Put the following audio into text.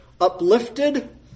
uplifted